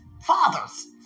fathers